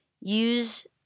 use